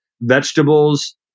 vegetables